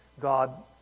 God